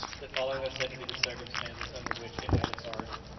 the following are said to be the circumstances under which it had its origin.